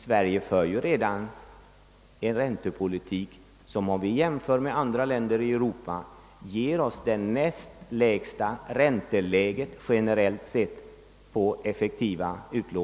Sverige för ju redan en räntepolitik som i jämförelse med andra länder i Europa ger oss det näst lägsta ränteläget generellt sett.